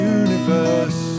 universe